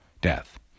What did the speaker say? death